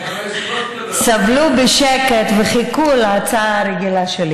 סבלו בשקט וחיכו להצעה הרגילה שלי.